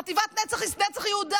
חטיבת נצח יהודה.